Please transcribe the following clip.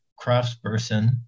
craftsperson